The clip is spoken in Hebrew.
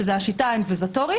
שזו השיטה האינקוויזטורית.